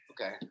okay